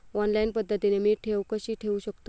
Online पद्धतीने मी ठेव कशी ठेवू शकतो?